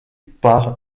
par